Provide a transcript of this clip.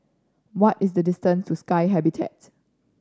what is the distance to Sky Habitat